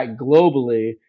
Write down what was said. globally